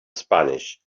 spanish